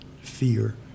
fear